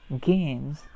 games